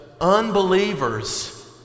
unbelievers